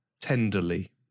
tenderly